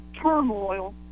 turmoil